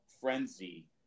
frenzy